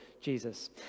Jesus